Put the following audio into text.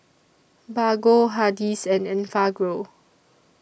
Bargo Hardy's and Enfagrow